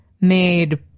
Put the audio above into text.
made